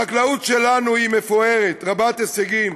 החקלאות שלנו היא מפוארת, רבת הישגים